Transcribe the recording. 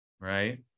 Right